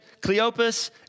Cleopas